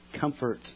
comfort